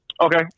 Okay